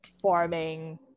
forming